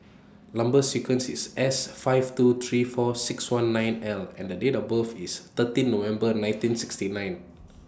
Number sequence IS S five two three four six one nine L and The Date of birth IS thirteen November nineteen sixty nine